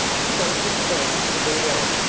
something seems to be wrong,